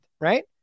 right